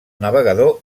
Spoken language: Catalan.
navegador